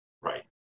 right